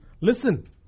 listen